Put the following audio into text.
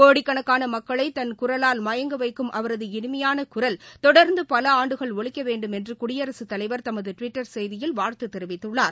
கோடிக்கணக்கான மக்களை தன் குரலால் மயங்க வைக்கும் அவரது இனிமையாக குரல் தொடர்ந்து பல ஆண்டுகள் ஒலிக்க வேண்டுமென்று குடியரசுத் தலைவர் தமது டுவிட்டர் செய்தியில் வாழ்த்து தெரிவித்துள்ளார்